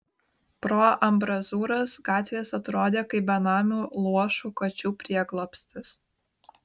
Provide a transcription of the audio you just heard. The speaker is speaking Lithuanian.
pro ambrazūras gatvės atrodė kaip benamių luošų kačių prieglobstis